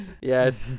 yes